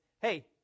Hey